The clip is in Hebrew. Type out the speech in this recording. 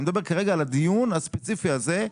אני מדבר כרגע על הדיון הספציפי הזה.